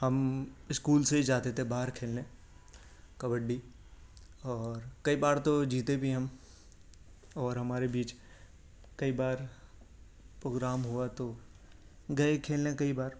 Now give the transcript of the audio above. ہم اسکول سے ہی جاتے تھے باہر کھیلنے کبڈی اور کئی بار تو جیتے بھی ہم اور ہمارے بیچ کئی بار پروگرام ہوا تو گئے کھیلنے کئی بار